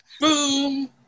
boom